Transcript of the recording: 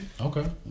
Okay